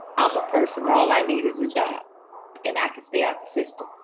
i'm a person where all i need is a job and access day at the system.